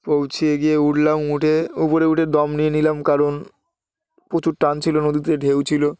পৌঁছে গিয়ে উঠলাম উঠে উপরে উঠে দম নিয়ে নিলাম কারণ প্রচুর টান ছিল নদীতে ঢেউ ছিলো